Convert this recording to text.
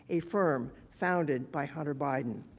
a firm founded by hunter biden.